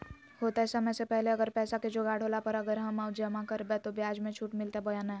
होतय समय से पहले अगर पैसा के जोगाड़ होला पर, अगर हम जमा करबय तो, ब्याज मे छुट मिलते बोया नय?